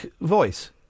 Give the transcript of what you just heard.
voice